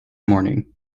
morning